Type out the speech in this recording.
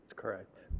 correct.